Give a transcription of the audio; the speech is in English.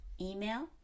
Email